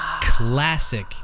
classic